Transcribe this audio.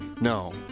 No